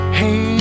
hey